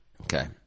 Okay